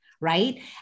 right